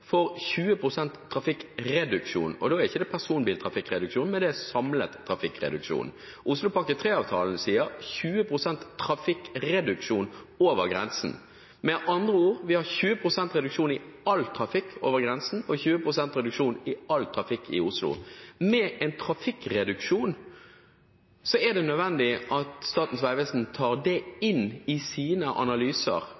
for en 20 pst. trafikkreduksjon. Da er ikke det personbiltrafikkreduksjon, det er samlet trafikkreduksjon. Oslopakke 3-avtalen sier 20 pst. trafikkreduksjon over grensen. Med andre ord: Vi har 20 pst. reduksjon i all trafikk over grensen og 20 pst. reduksjon i all trafikk i Oslo. Med en trafikkreduksjon er det nødvendig at Statens vegvesen tar det